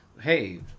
hey